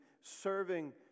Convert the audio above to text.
serving